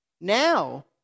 Now